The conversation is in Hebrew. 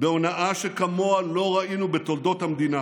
בהונאה שכמוה לא ראינו בתולדות המדינה?